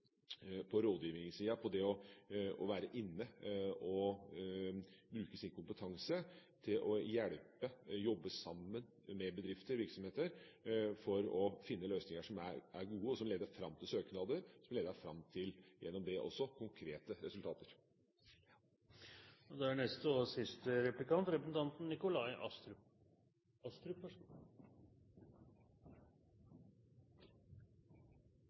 på rådgivingssida, på det å være inne og bruke sin kompetanse til å hjelpe og jobbe sammen med bedrifter, virksomheter, for å finne løsninger som er gode, og som leder fram til søknader – som gjennom det leder fram til konkrete resultater. Det gleder meg at statsråden ønsker å innføre AMS så raskt som mulig. Nå vet vi jo at «så raskt som mulig» er et relativt begrep, og